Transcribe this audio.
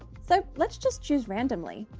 so let's just choose randomly.